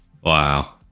Wow